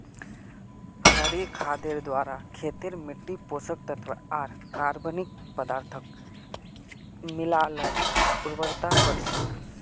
हरी खादेर द्वारे खेतेर मिट्टित पोषक तत्त्व आर कार्बनिक पदार्थक मिला ल उर्वरता बढ़ छेक